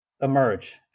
emerge